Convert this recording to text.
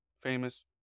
famous